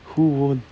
who won't